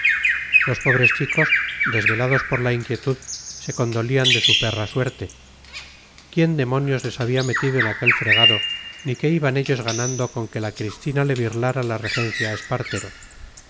los pobres chicos desvelados por la inquietud se condolían de su perra suerte quién demonios les había metido en aquel fregado ni qué iban ellos ganando con que la cristina le birlara la regencia a espartero